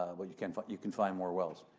but, you can you can find more wells.